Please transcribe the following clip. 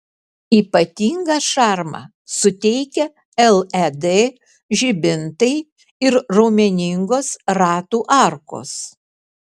ypatingą šarmą suteikia led žibintai ir raumeningos ratų arkos